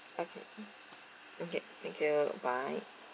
okay okay thank you bye